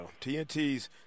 TNT's